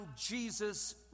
Jesus